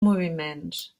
moviments